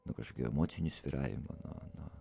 nuo kažkokio emocinio svyravimo nuo nuo